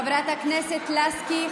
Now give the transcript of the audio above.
חברת הכנסת לסקי,